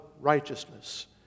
righteousness